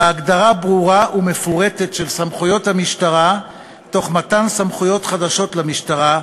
בהגדרה ברורה ומפורטת של סמכויות המשטרה תוך מתן סמכויות חדשות למשטרה,